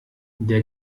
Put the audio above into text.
der